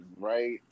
right